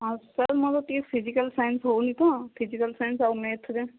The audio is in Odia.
ହଁ ସାର୍ ମୋର ଟିକେ ଫିଜିକାଲ୍ ସାଇନ୍ସ ହେଉନି ତ ଫିଜିକାଲ୍ ସାଇନ୍ସ ଆଉ ମେଥରେ